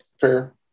Fair